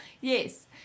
yes